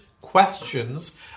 questions